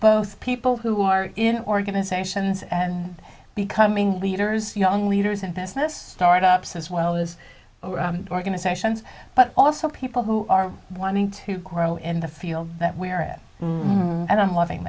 both people who are in organizations and becoming leaders young leaders in business startups as well as organizations but also people who are wanting to grow in the field that we're at and i'm loving